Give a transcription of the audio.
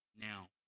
now